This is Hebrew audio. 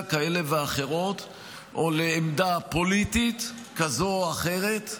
כאלה ואחרות או לעמדה פוליטית כזאת או אחרת.